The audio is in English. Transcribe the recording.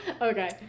okay